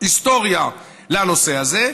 היסטוריה לנושא הזה,